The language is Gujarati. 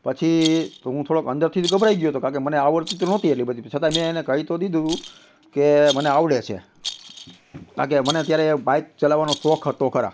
પછી તો હું થોડોક અંદરથી તો ગભરાઈ ગયો હતો કારણ કે મને આવડતી તો નહોતી એટલી બધી છતાંય મેં એને કહી તો દીધું કે મને આવડે છે કારણ કે મને ત્યારે બાઇક ચલાવવાનો શોખ હતો ખરા